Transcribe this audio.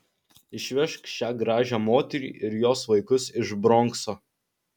išvežk šią gražią moterį ir jos vaikus iš bronkso